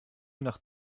nach